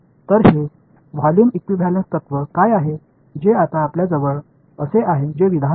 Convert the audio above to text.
तर हे volume equivalence तत्त्व काय आहे जे आता आपल्याजवळ असे आहे जे विधान आहे